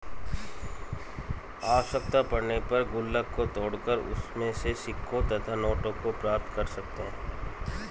आवश्यकता पड़ने पर गुल्लक को तोड़कर उसमें से सिक्कों तथा नोटों को प्राप्त कर सकते हैं